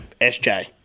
SJ